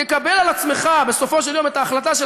תקבל על עצמך בסופו של יום את ההחלטה של